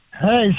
hey